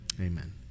Amen